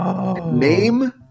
Name